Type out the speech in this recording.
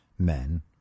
men